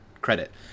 credit